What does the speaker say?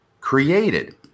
created